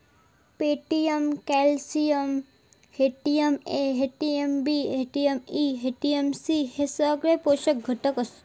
protein, calcium, vitamin A, vitamin B, vitamin E, vitamin C हे सगळे पोषक घटक आसत